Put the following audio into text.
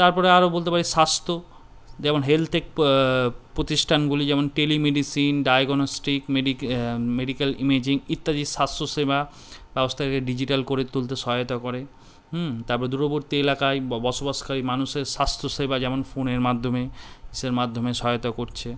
তারপরে আরও বলতে পারি স্বাস্থ্য যেমন হেলথের প্র প্রতিষ্ঠানগুলি যেমন টেলিমেডিসিন ডায়াগনস্টিক মেডি মেডিকাল ইমেজিং ইত্যাদি স্বাস্থ্যসেবা ব্যবস্থাকে ডিজিটাল করে তুলতে সহায়তা করে হুম তারপরে দূরবর্তী এলাকায় বসবাসকারী মানুষের স্বাস্থ্যসেবা যেমন ফোনের মাধ্যমে ইসের মাধ্যমে সহায়তা করছে